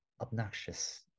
obnoxious